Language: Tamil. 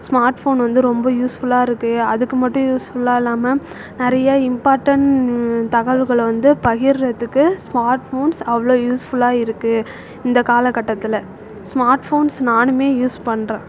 ஸ்மார்ட் ஃபோன் வந்து ரொம்ப யூஸ்ஃபுல்லாக இருக்குது அதுக்கு மட்டும் யூஸ்ஃபுல்லாக இல்லாமல் நிறைய இம்பார்ட்டன்ட் தகவல்களை வந்து பகிர்றதுக்கு ஸ்மார்ட் ஃபோன்ஸ் அவ்வளோ யூஸ்ஃபுல்லாக இருக்குது இந்த காலக்கட்டத்தில் ஸ்மார்ட் ஃபோன்ஸ் நானும் யூஸ் பண்ணுறேன்